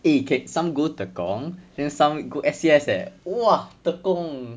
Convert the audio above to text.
eh can some go tekong then some go S_C_S leh !wah! tekong